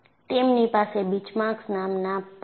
તેમની પાસે બીચમાર્ક્સ નામ પણ છે